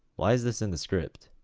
why is this in the script?